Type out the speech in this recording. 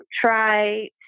try